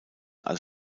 als